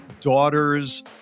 daughters